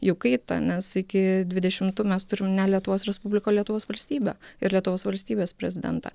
jų kaitą nes iki dvidešimtų mes turim ne lietuvos respubliką o lietuvos valstybę ir lietuvos valstybės prezidentą